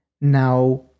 Now